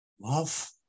love